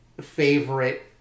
favorite